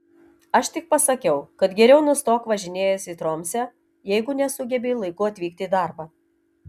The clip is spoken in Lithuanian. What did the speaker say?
aš tik pasakiau kad geriau nustok važinėjęs į tromsę jeigu nesugebi laiku atvykti į darbą